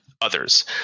others